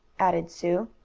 added sue.